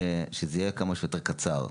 שזה יהיה כמה שיותר קצר.